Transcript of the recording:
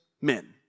men